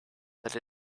that